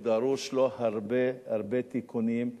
דרושים לו הרבה הרבה תיקונים,